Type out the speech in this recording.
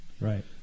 Right